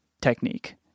technique